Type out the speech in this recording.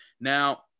Now